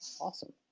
Awesome